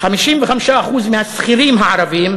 55% מהשכירים הערבים,